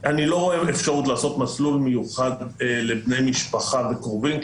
אני לא רואה אפשרות לעשות מסלול מיוחד לבני משפחה ולקרובים,